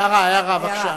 הערה, בבקשה.